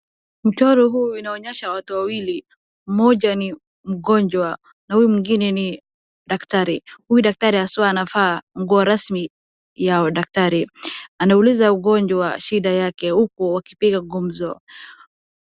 Mchoro huu inaonyesha watu wawili mmoja ni mgonjwa na huyu mwingine ni dakatari. Huyu dakatari haswa anavaa nguo rasmi ya udakatari. Anauliza ugonjwa shida yake uku wakipiga gumzo.